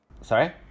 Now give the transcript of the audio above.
Sorry